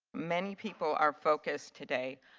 many people are focused, today,